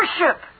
worship